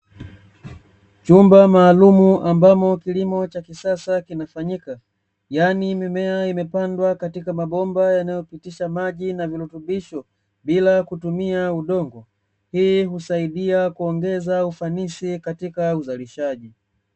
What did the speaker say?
Chumba maalumu ambamo kilimo cha kisasa kinafanyika, yaani mimea imepandwa katika mabomba yanayopitisha maji na virutubisho, bila kutumia udongo, hii husaidia kuongeza ufanisi katika uzalishaji.